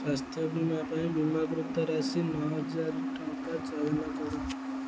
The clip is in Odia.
ସ୍ଵାସ୍ଥ୍ୟ ବୀମା ପାଇଁ ବୀମାକୃତ ରାଶି ନଅହଜାର ଟଙ୍କା ଚୟନ କର